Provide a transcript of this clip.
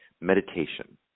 meditation